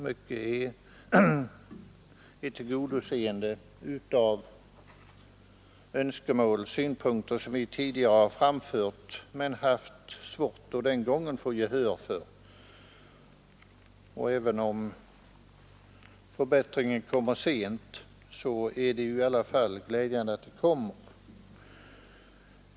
Mycket är ett tillgodoseende av önskemål och synpunkter som vi tidigare har framfört men då haft svårt att få förståelse för. Och även om förbättringen kommer sent, så är det ju glädjande att den kommer.